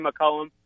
McCollum